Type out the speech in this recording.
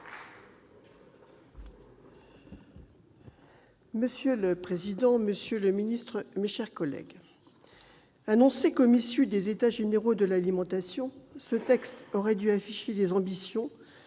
Monsieur le président, monsieur le ministre, mes chers collègues, annoncé comme issu des États généraux de l'alimentation, ce texte aurait dû afficher des ambitions